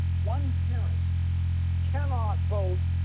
one parent cannot, both,